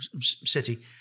City